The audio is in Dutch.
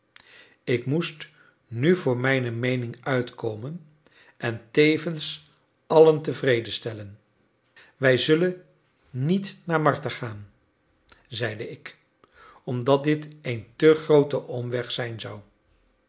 ik moest nu voor mijne meening uitkomen en tevens allen tevredenstellen wij zullen niet naar martha gaan zeide ik omdat dit een te groote omweg zijn zou